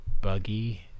buggy